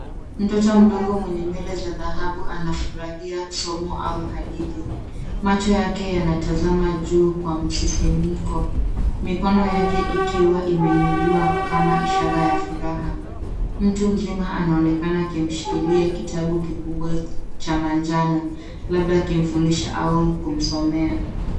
Mtoto mdogo mwenye nywele za dhahabu anafurahia somo au hadithi. Macho yake yanatazama juu kwa msisimko, mikono yake ikiwa imeunuliwa kama ishara ya furaha. Mtu mzima anaonekana akimshikilia kitabu kikubwa cha manjano labda akimfundisha au kumsomea.